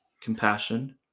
compassion